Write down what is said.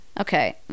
Okay